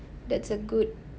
that's a good